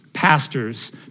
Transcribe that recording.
pastors